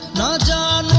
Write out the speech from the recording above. da da